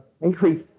increase